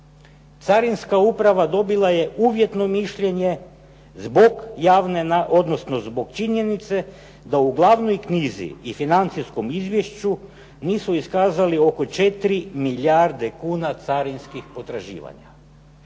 Carinska uprava dobila je uvjetno mišljenje zbog činjenice da u glavnoj knjizi i financijskom izvješću nisu iskazali oko 4 milijarde kuna carinskih potraživanja.